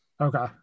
Okay